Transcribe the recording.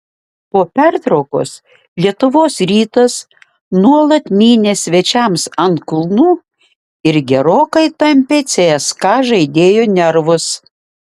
po pertraukos lietuvos rytas nuolat mynė svečiams ant kulnų ir gerokai tampė cska žaidėjų nervus